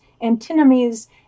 antinomies